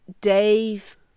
Dave